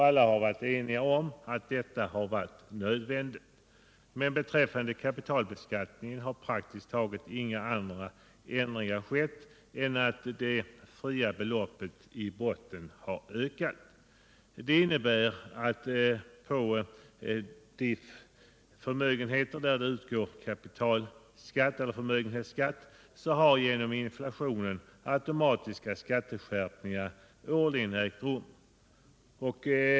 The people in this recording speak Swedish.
Alla har varit eniga om att detta har varit nödvändigt. Men beträffande kapitalbeskattningen har praktiskt taget inga andra förändringar skett än att det fria beloppet i botten har ökat. Det innebär att på förmögenheter, på vilka det utgår kapitalskatt eller förmögenhetsskatt, har genom inflationen automatiska skatteskärpningar årligen ägt rum.